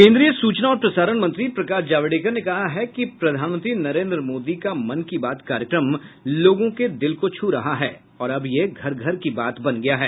केन्द्रीय सूचना और प्रसारण मंत्री प्रकाश जावडेकर ने कहा है कि प्रधानमंत्री नरेन्द्र मोदी का मन की बात कार्यक्रम लोगों के दिल को छू रहा है और अब यह घर घर की बात बन गया है